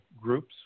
groups